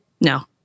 no